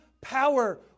power